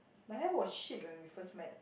my hair was shit when we first met